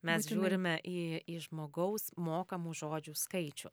mes žiūrime į į žmogaus mokamų žodžių skaičių